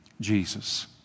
Jesus